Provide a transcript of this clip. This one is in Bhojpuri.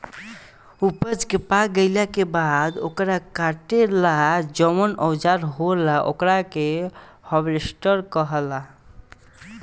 ऊपज के पाक गईला के बाद ओकरा काटे ला जवन औजार होला ओकरा के हार्वेस्टर कहाला